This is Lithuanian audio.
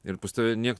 ir pas tave niek